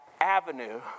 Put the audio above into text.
avenue